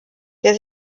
der